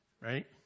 right